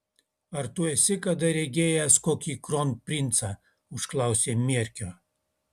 ar tu esi kada regėjęs kokį kronprincą užklausė mierkio